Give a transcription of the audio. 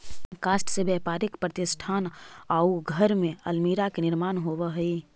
काष्ठ से व्यापारिक प्रतिष्ठान आउ घर में अल्मीरा के निर्माण होवऽ हई